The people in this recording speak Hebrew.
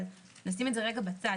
אבל נשים את זה רגע בצד.